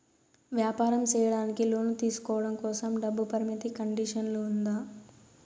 వ్యాపారం సేయడానికి లోను తీసుకోవడం కోసం, డబ్బు పరిమితి కండిషన్లు ఉందా?